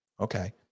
Okay